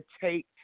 take